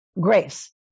grace